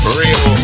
real